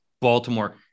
Baltimore